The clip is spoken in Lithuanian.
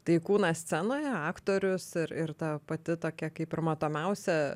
tai kūnas scenoje aktorius ir ir ta pati tokia kaip ir matomiausia